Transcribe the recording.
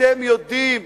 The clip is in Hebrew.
אתם יודעים,